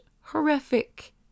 horrific